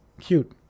Cute